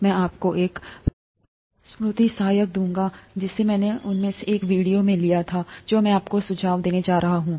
मैं आपको एक एमनोमोनिक दूंगा जिसे मैंने उनमें से एक वीडियो से लिया था जो मैं आपको सुझाव देने जा रहा हूं